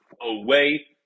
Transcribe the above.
away